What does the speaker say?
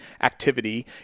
activity